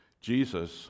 jesus